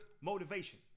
Motivation